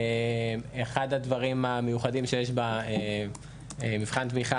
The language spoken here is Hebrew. אחד הדברים המיוחדים שיש במבחן התמיכה